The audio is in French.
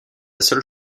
seule